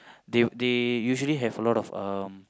they they usually have a lot of um